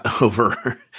over